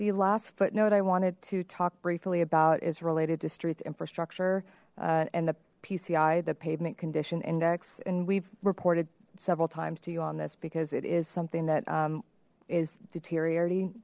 the last footnote i wanted to talk briefly about is related to streets infrastructure and the pci the pavement condition index and we've reported several times to you on this because it is something that is deteriorating